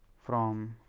from